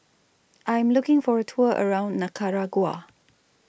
I Am looking For A Tour around Nicaragua